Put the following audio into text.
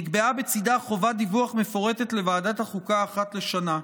נקבעה בצידה חובת דיווח מפורטת לוועדת החוקה אחת לשנה.